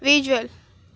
visual